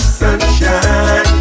sunshine